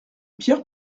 pierre